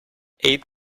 eight